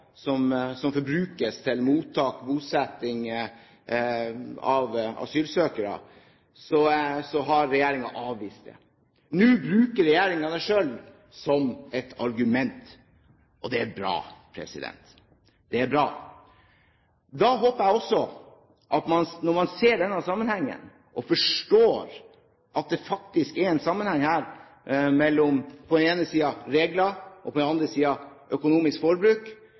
avvist det. Nå bruker regjeringen det selv som et argument, og det er bra. Da håper jeg også at man, når man ser denne sammenhengen og forstår at det faktisk er en sammenheng her mellom på den ene siden regler og på den andre siden økonomisk forbruk,